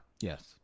yes